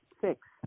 Six